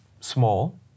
small